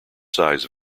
size